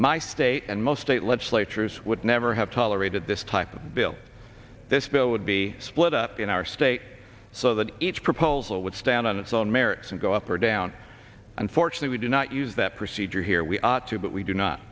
my state and most state legislatures would never have tolerated this time bill this bill would be split up in our state so that each proposal would stand on its own merits and go up or down unfortunately do not use that procedure here we ought to but we do not